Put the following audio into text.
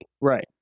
Right